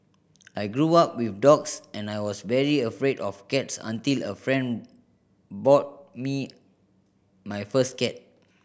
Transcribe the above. I grew up with dogs and I was very afraid of cats until a friend bought me my first cat